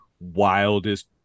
wildest